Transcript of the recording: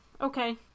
okay